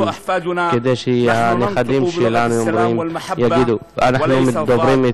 כדי שהנכדים שלנו יגידו: אנחנו מדברים את